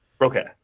Okay